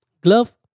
glove